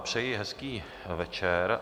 Přeji hezký večer.